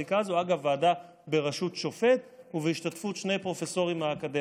שסרח 6 משה ארבל (ש"ס): 6 השר לביטחון הפנים אמיר